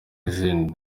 n’izindi